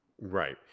Right